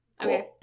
Okay